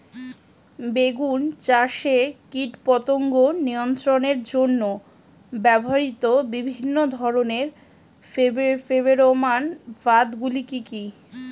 বেগুন চাষে কীটপতঙ্গ নিয়ন্ত্রণের জন্য ব্যবহৃত বিভিন্ন ধরনের ফেরোমান ফাঁদ গুলি কি কি?